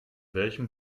welchem